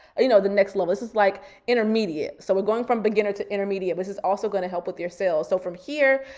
you know, the next level, this is like intermediate. so we're going from beginner to intermediate. this is also gonna help with your sales. so from here,